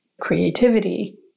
creativity